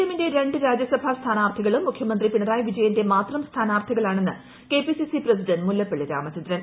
M ന്റെ രണ്ട് രാജ്യസഭാ സ്ഥാനാർത്ഥികളും മുഖ്യമന്ത്രി പിണറായി വിജയന്റെ മാത്രം സ്ഥാനാർത്ഥികളാണെന്ന് കെപിസിസി പ്രസിഡന്റ് മുല്ലപ്പള്ളി രാമചന്ദ്രൻ